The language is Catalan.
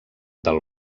del